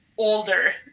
older